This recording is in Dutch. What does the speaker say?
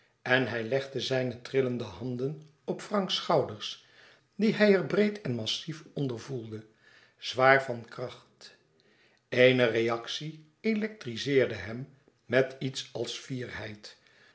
en hij legde zijne trillende handen op franks schouders die hij er breed en massief onder voelde zwaar van kracht eene reactie electrizeerde hem met iets als fierheid